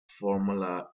formula